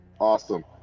Awesome